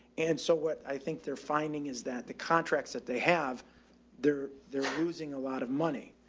and so what i think they're finding is that the contracts that they have there, they're losing a lot of money.